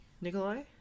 Nikolai